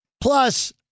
Plus